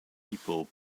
people